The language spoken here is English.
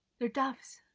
they're doves.